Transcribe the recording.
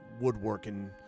woodworking